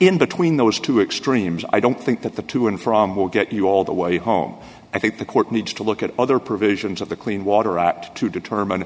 in between those two extremes i don't think that the two in from will get you all the way home i think the court needs to look at other provisions of the clean water act to determine